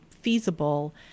feasible